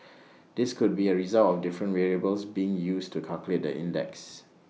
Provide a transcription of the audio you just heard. this could be A result of different variables being used to calculate the index